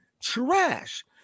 trash